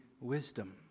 wisdom